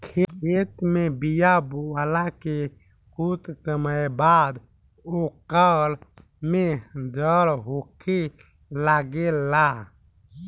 खेत में बिया बोआला के कुछ समय बाद ओकर में जड़ होखे लागेला